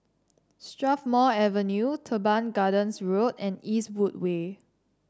Strathmore Avenue Teban Gardens Road and Eastwood Way